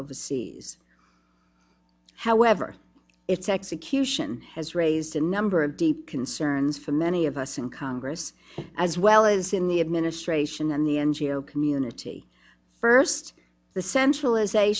overseas however its execution has raised a number of deep concerns for many of us in congress as well as in the administration and the and geo community first the central